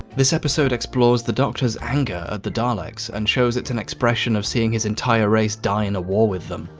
this episode explores the doctor's anger at the daleks and shows it's an expression of seeing his entire race die in a war with them.